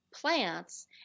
plants